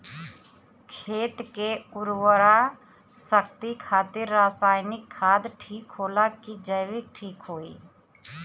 खेत के उरवरा शक्ति खातिर रसायानिक खाद ठीक होला कि जैविक़ ठीक होई?